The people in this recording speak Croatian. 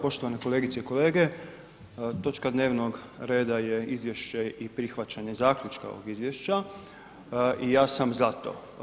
Poštovane kolegice i kolege, točka dnevnog reda je izvješće i prihvaćanje zaključka ovog izvješća i ja sam za to.